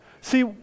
See